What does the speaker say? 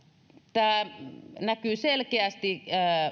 tämä näkyy selkeästi